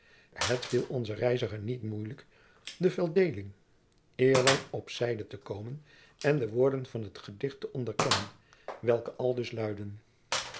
het viel onzen reiziger niet moeilijk den veldeling eerlang op zijde te komen en de woorden van het gedicht te onderkennen welke aldus luidden